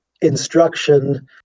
instruction